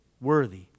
worthy